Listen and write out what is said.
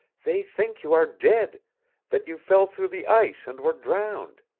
they think you are dead that you fell through the ice and were drowned.